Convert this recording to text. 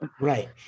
Right